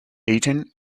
eton